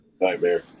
nightmare